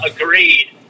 agreed